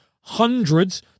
hundreds